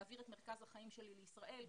להעביר את מרכז החיים שלי לישראל,